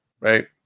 right